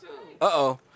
Uh-oh